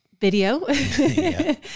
video